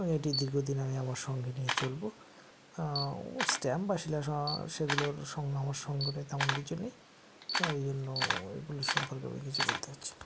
এবং এটি দীর্ঘদিন আমি আমার সঙ্গে নিয়ে চলবো ও স্ট্যাম্প বা শিলা সেগুলোর আমার সংগ্রহে তেমন কিছু নেই ও ওই জন্য ওইগুলো সম্পর্কে আমি কিছু বলতে পারছি না